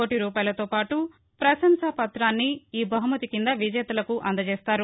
కోటి రూపాయలతోపాటు పసంశా పతాన్ని ఈ బహుమతి కింద విజేతలకు అందజేస్తారు